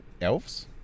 elves